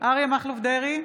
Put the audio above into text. אריה מכלוף דרעי,